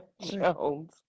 Jones